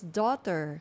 daughter